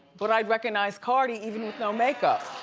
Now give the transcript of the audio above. but i'd recognize cardi even with no makeup.